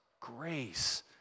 grace